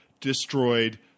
destroyed